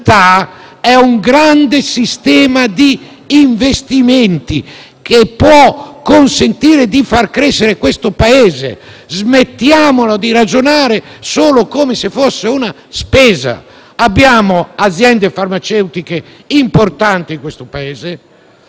la sanità, sono un grande sistema di investimenti, che può consentire di far crescere questo Paese. Smettiamo di ragionare solo come se fosse una spesa. Abbiamo aziende farmaceutiche importanti in questo Paese.